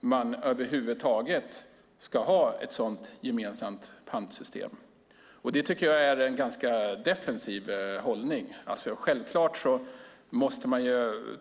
vi över huvud taget ska ha ett gemensamt pantsystem. Det tycker jag är en ganska defensiv hållning. Självklart måste man